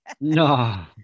No